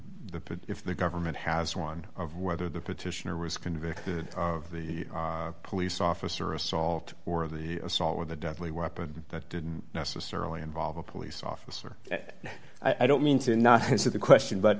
the if the government has one of whether the petitioner was convicted of the police officer assault or the assault with a deadly weapon that didn't necessarily involve a police officer i don't mean to not answer the question but